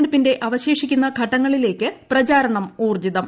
ലോക്സഭാ തിരഞ്ഞടുപ്പിന്റെ അവശേഷിക്കുന്ന ഘട്ടങ്ങളിലേക്ക് പ്രചാരണം ഊർജ്ജിതം